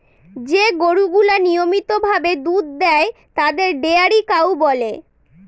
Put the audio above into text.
যে গরুগুলা নিয়মিত ভাবে দুধ দেয় তাদের ডেয়ারি কাউ বলে